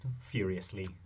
furiously